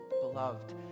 Beloved